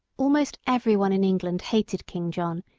almost everyone in england hated king john,